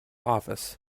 office